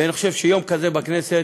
ואני חושב שיום כזה בכנסת,